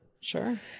sure